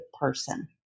person